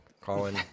Colin